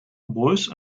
boys